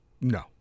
No